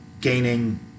gaining